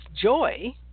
joy